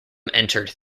entered